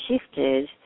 shifted